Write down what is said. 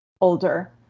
older